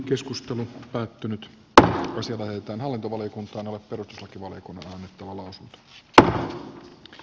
keskustelu päättynyt tähän olisi vähiten asianmukaiselta kun tähän nyt ollaan pyrkimässä